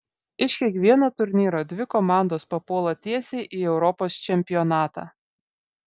iš kiekvieno turnyro dvi komandos papuola tiesiai į europos čempionatą